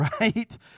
right